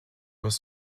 was